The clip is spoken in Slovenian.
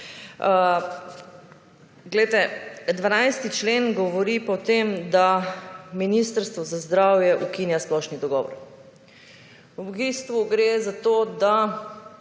Glejte, 12. člen govori o tem, da Ministrstvo za zdravje ukinja splošni dogovor. V bistvu gre za to, da